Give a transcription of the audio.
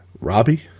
Robbie